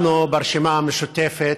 אנחנו ברשימה המשותפת,